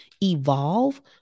evolve